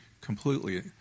completely